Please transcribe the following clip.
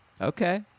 Okay